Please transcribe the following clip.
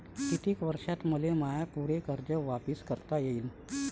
कितीक वर्षात मले माय पूर कर्ज वापिस करता येईन?